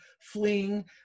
fleeing